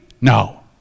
no